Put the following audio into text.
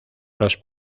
los